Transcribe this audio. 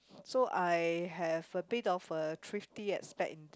so I have a bit of a thrifty aspect in